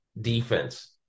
defense